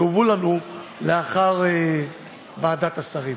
שהובאו לנו לאחר הדיון בוועדת השרים.